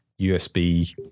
USB